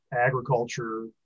agriculture